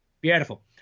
Beautiful